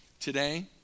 Today